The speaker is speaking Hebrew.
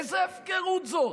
איזו הפקרות זאת.